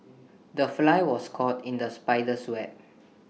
the fly was caught in the spider's web